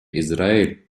израиль